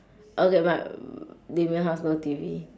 okay my damian house no T_V